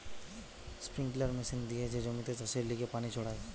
sprinkler machine দিয়ে যে জমিতে চাষের লিগে পানি ছড়ায়